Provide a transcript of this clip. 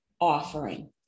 offering